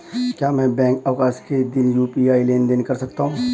क्या मैं बैंक अवकाश के दिन यू.पी.आई लेनदेन कर सकता हूँ?